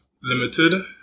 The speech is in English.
Limited